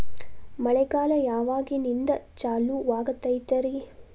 ಮಳೆಗಾಲ ಯಾವಾಗಿನಿಂದ ಚಾಲುವಾಗತೈತರಿ?